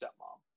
stepmom